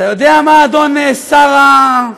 אתה יודע מה, אדון שר ה,